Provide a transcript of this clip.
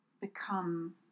become